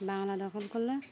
বাংলা দখল করল